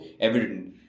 evident